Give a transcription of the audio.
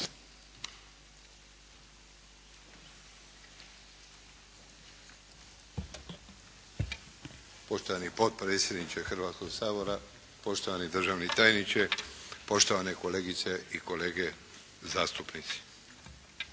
Poštovani potpredsjedniče Hrvatskog sabora, uvaženi državni tajniče sa suradnicima, kolegice i kolege zastupnici.